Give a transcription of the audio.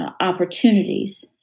opportunities